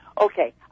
okay